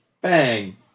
bang